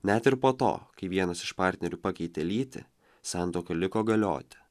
net ir po to kai vienas iš partnerių pakeitė lytį santuoka liko galioti